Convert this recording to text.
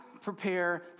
prepare